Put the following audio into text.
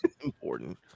important